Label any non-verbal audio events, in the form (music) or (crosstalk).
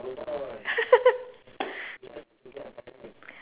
(laughs)